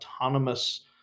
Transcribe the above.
autonomous